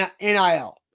NIL